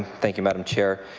thank you, madam chair.